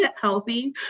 healthy